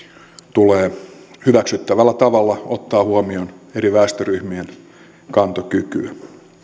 tulee hyväksyttävällä tavalla ottaa huomioon eri väestöryhmien kantokyky